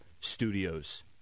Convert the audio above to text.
studios